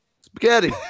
Spaghetti